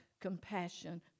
compassion